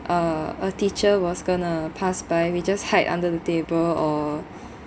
a a teacher was going to pass by we just hide under the table or